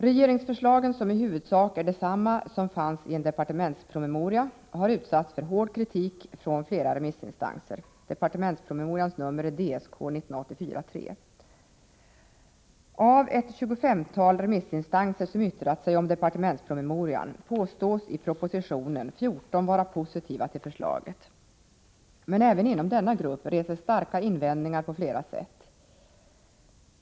Regeringsförslagen, som i huvudsak är desamma som fanns i en departementspromemoria , har utsatts för hård kritik från flera morian påstås i propositionen 14 vara positiva till förslaget. Men även inom denna grupp reses på flera sätt starka invändningar.